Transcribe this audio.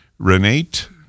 Renate